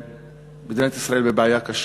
מדינת ישראל בבעיה קשה.